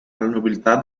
nobiltà